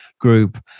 group